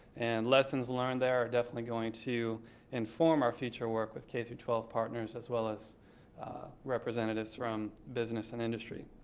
and lessons learned there are definitely going to inform our future work with k through twelve partners, as well as representatives from business and industry.